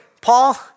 Paul